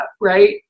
right